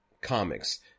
Comics